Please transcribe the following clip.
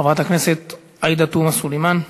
חברת הכנסת עאידה תומא סלימאן.